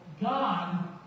God